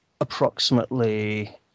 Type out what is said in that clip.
approximately